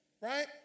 Right